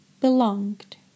belonged